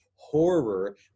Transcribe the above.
horror